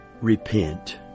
repent